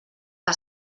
que